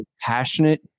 passionate